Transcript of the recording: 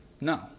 No